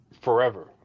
forever